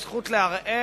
יש זכות לערער.